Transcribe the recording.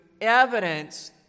evidence